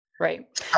Right